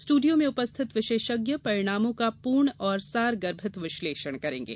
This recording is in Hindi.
स्ट्रडियो में उपस्थित विशेषज्ञ परिणामों का पूर्ण और सारगर्भित विश्लेषण करेंगे